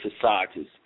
societies